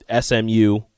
SMU